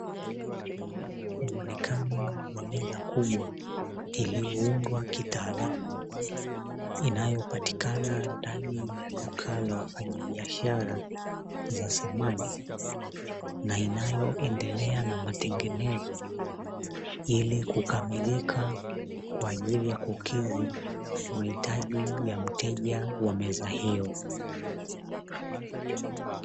Muonekano wa meza kubwa iliyoundwa kitaalamu inayopatikana ndani ya duka la wafanyabiashara za samani, na inayoendelea na matengenezo ili kukamilika kwa ajili ya kukidhi mahitaji ya mteja wa meza hio.